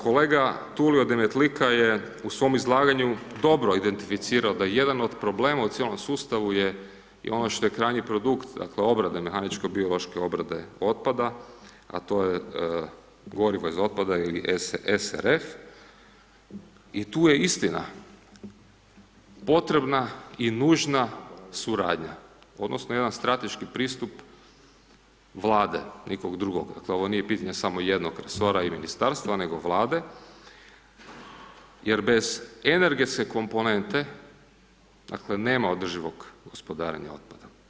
Kolega Tulio Demetlika je u svom izlaganju dobro identificirao da jedan od problema u cijelom sustavu je ono što je krajnji produkt dakle obrade mehaničko-biološke obrade otpada a to je gorivo iz otpada ili ERF i tu je istina, potrebna i nužna suradnja odnosno jedan strateški pristup Vlade, nikog drugom, dakle ovo nije pitanje samo jednog resora i ministarstva nego Vlade jer bez energetske komponente nema održivog gospodarenja otpadom.